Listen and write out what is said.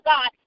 God